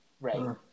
right